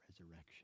resurrection